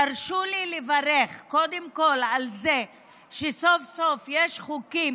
תרשו לי לברך קודם כול על זה שסוף-סוף יש חוקים